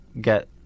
get